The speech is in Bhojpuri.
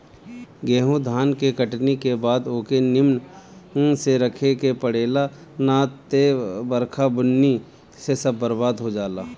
गेंहू धान के कटनी के बाद ओके निमन से रखे के पड़ेला ना त बरखा बुन्नी से सब बरबाद हो जाला